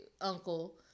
uncle